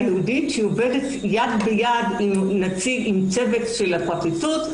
ייעודית שעובדת יד ביד עם צוות של הפרקליטות,